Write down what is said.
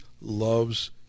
loves